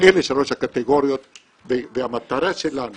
אלה שלוש הקטגוריות והמטרה שלנו